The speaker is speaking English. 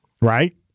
right